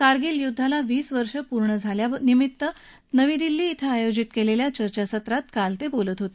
कारगील युद्धाला वीस वर्ष पूर्ण झाल्याबद्दल नवी दिल्ली इथं आयोजित केलेल्या एका चर्चासत्रात ते काल बोलत होते